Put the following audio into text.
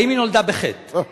האם היא נולדה בחטא?